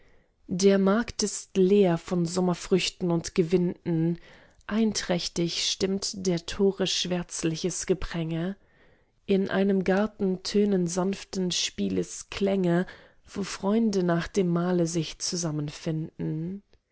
der markt ist leer von sommerfrüchten und gewinden einträchtig stimmt der tore schwärzliches gepränge in einem garten tönen sanften spieles klänge wo freunde nach dem mahle sich zusammenfinden